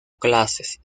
clases